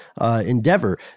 endeavor